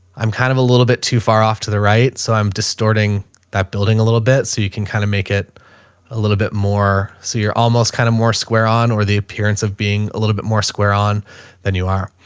i'm kind of a little bit too far off to the right so i'm distorting that building a little bit so you can kind of make it a little bit more so you're almost kind of more square on or the appearance of being a little bit more square on than you are.